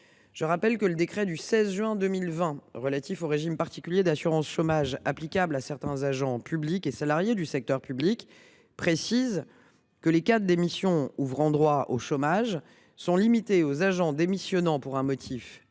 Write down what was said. le rappelle, le décret du 16 juin 2020 relatif au régime particulier d’assurance chômage applicable à certains agents publics et salariés du secteur public précise que les cas de démission ouvrant droit au chômage sont limités aux agents démissionnant pour un motif légitime